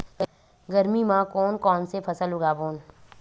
गरमी मा कोन कौन से फसल उगाबोन?